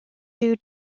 due